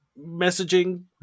messaging